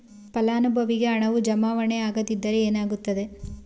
ಫಲಾನುಭವಿಗೆ ಹಣವು ಜಮಾವಣೆ ಆಗದಿದ್ದರೆ ಏನಾಗುತ್ತದೆ?